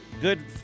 Good